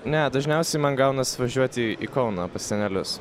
ne dažniausiai man gaunas važiuoti į kauną pas senelius